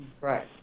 Right